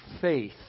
faith